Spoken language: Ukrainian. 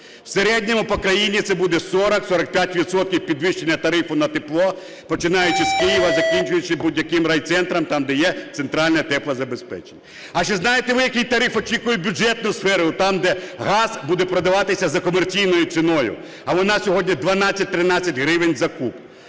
В середньому по країні це буде 40-45 відсотків підвищення тарифу на тепло, починаючи з Києва і закінчуючи будь-яким райцентром, там, де є центральне тепло забезпечення. А чи знаєте ви, який тариф очікує бюджетну сферу, там, де газ буде продаватися за комерційною ціною, а вона сьогодні 12-13 гривень за куб?